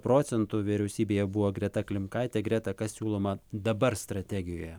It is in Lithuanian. procentų vyriausybėje buvo greta klimkaitė greta kas siūloma dabar strategijoje